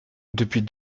depuis